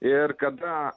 ir kada